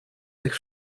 tych